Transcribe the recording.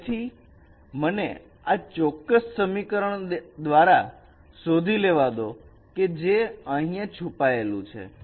તેથી મને આ ચોક્કસ સમીકરણ શોધી લેવા દો જે અહીંયા છુપાયેલું છે